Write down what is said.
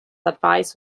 advice